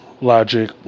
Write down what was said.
Logic